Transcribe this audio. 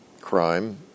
Crime